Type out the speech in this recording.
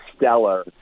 stellar